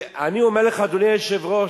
ואני אומר לך, אדוני היושב-ראש,